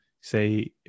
say